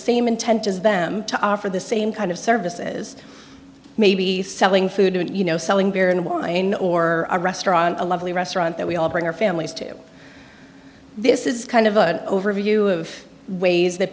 same intent as them to offer the same kind of services maybe selling food and you know selling beer and wine or a restaurant a lovely restaurant that we all bring our families to this is kind of an overview of ways that